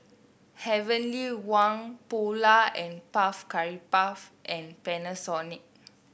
Heavenly Wang Polar And Puff Cakes and Panasonic